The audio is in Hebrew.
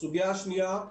הסוגיה השנייה,